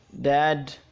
Dad